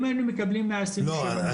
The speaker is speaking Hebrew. אם היינו מקבלים מאה עשרים ושבעה --- לא,